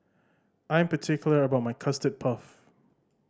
I'm particular about my Custard Puff